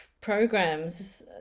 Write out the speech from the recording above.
programs